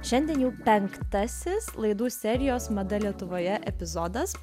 šiandien jau penktasis laidų serijos mada lietuvoje epizodas